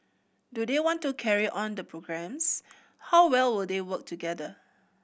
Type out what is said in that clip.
do they want to carry on the programmes how well will they work together